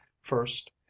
First